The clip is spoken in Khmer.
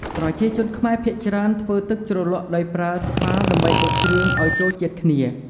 ប្រជាជនខ្មែរភាគច្រើនធ្វើទឹកជ្រលក់ដោយប្រើ ត្បាល់ដើម្បីបុកគ្រឿងអោយចូលជាតិគ្នា។